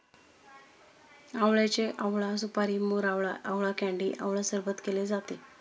आवळ्याचे आवळा सुपारी, मोरावळा, आवळा कँडी आवळा सरबत केले जाते